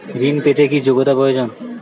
ঋণ পেতে কি যোগ্যতা প্রয়োজন?